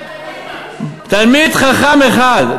תלמיד חכם אחד.